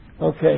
Okay